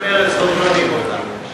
מרצ לא שומעים אותך.